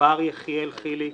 בר יחיאל חיליק,